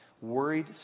worried